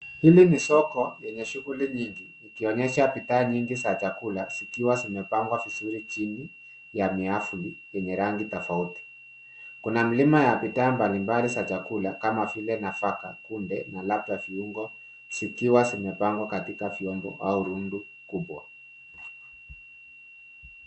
Hili ni soko lenye shughuli nyingi, likionyesha bidhaa nyingi za chakula, zikiwa zimepangwa vizuri chini ya miafu yenye rangi tofauti. Kuna milima ya bidhaa mbalimbali za chakula kama vile, nafaka, kunde na labda viungo, zikiwa zimepangwa katika vyombo au rundu kubwa.